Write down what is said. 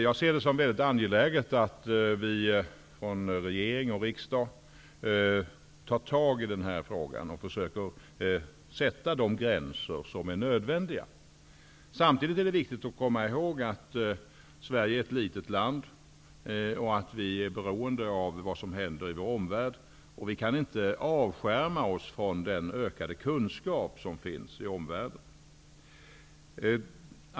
Jag ser det som mycket angeläget att vi från regering och riksdag tar tag i denna fråga och försöker sätta de gränser som är nödvändiga. Samtidigt är det viktigt att komma ihåg att Sverige är ett litet land och att vi är beroende av vad som händer i vår omvärld. Vi kan inte avskärma oss från den ökade kunskap som finns i omvärlden.